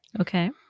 Okay